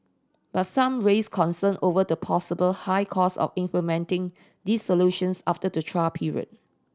but some raised concern over the possible high cost of implementing these solutions after the trial period